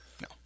No